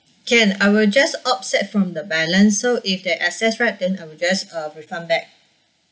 can I will just offset from the balance so if there excess right I will just refund back